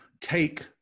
take